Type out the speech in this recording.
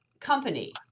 company.